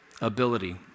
ability